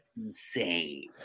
insane